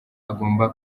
agomba